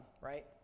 right